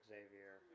Xavier